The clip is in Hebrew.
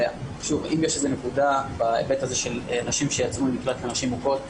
אם יש נקודה בהיבט של נשים שיצאו ממקלט לנשים מוכות,